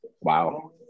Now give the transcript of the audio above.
Wow